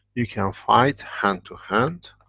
you can fight hand to hand.